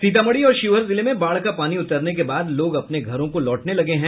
सीतामढ़ी और शिवहर जिले में बाढ़ का पानी उतरने के बाद लोग अपने घरों को लौटने लगे हैं